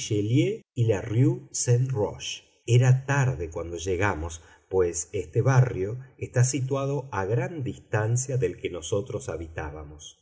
era tarde cuando llegamos pues este barrio está situado a gran distancia del que nosotros habitábamos